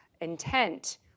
Intent